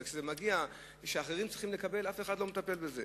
אבל כשאחרים צריכים לקבל, אף אחד לא מטפל בזה.